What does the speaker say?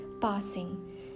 passing